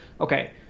okay